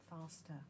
faster